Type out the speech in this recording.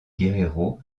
guerrero